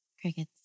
crickets